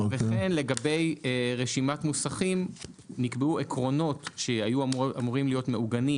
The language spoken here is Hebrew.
וכן לגבי רשימת מוסכים נקבעו עקרונות שהיו אמורים להיות מעוגנים